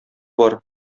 бар